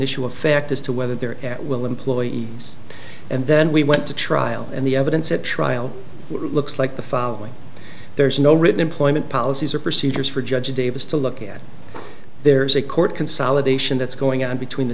issue of fact as to whether they're at will employees and then we went to trial and the evidence at trial looks like the following there is no written employment policies or procedures for judge davis to look at there's a court consolidation that's going on between the